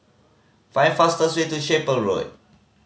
find fastest way to Chapel Road